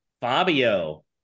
Fabio